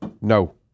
No